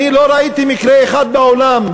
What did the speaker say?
אני לא ראיתי מקרה אחד בעולם,